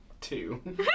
Two